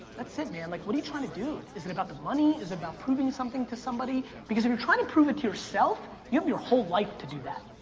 that's it, man, like what are you trying to do? is it about the money, is it about proving something to somebody? because if you're trying to prove it to yourself, you have your whole life to do that.